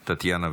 טטיאנה,